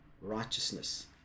righteousness